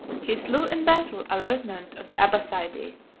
he slew in battle a lieutenant of the abbassides,